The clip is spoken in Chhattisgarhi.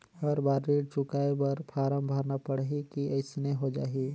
हर बार ऋण चुकाय बर फारम भरना पड़ही की अइसने हो जहीं?